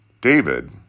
David